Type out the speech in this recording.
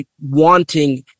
wanting